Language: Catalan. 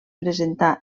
presentar